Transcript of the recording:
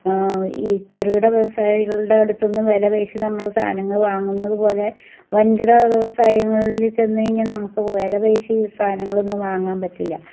ഈ ചെറുകിട വ്യവസായികളുടെ അടുത്ത് നിന്ന് വില പേശി നമ്മള് സാധങ്ങൾ വാങ്ങുന്നത് പോലെ വൻകിട വ്യവസായികളിൽ ചെന്ന് കഴിഞ്ഞാൽ നമുക്ക് വില പേശി സാധങ്ങൾ ഒന്നും വാങ്ങാൻ പറ്റില്ല